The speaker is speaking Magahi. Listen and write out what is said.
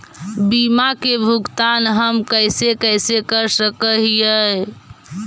बीमा के भुगतान हम कैसे कैसे कर सक हिय?